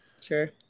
Sure